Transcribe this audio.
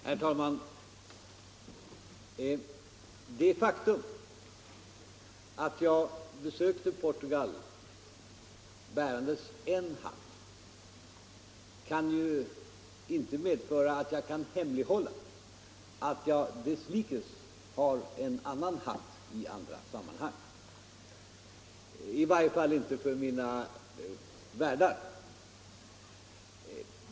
Herr talman! Det faktum att jag besökte Portugal bärande en hatt kan ju inte medföra att jag skulle kunna hemlighålla att jag desslikes har en annan hatt i andra sammanhang, i varje fall inte för mina värdar.